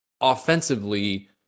offensively